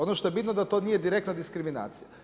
Ono što je bitno, to nije direktna diskriminacija.